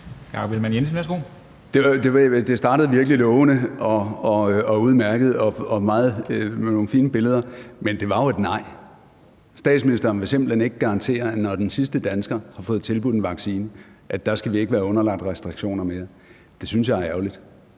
Det startede virkelig lovende og udmærket og med nogle fine billeder, men det var jo et nej. Statsministeren vil simpelt hen ikke garantere, at når den sidste dansker har fået tilbudt en vaccine, skal vi ikke længere være underlagt restriktioner. Det synes jeg er ærgerligt,